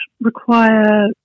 require